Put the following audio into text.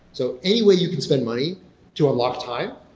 so anyway you can spend money to unlock time,